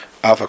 Alpha